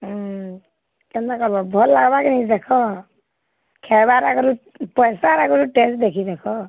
ହୁଁ କେନ୍ତା ଭଲ୍ ଲାଗ୍ବା କେଁ ଦେଖ ଖାଏବାର୍ ଆଗ୍ରୁ ପଏସାର୍ ଆଗ୍ରୁ ଟେଷ୍ଟ୍ ଦେଖି ଦେଖ